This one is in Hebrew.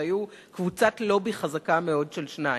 והיו קבוצת לובי חזקה מאוד של שניים.